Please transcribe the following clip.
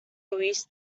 release